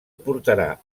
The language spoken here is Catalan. portarà